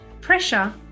pressure